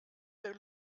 der